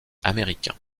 américains